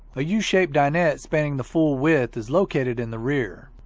a yeah u-shaped dinette spanning the full width is located in the rear.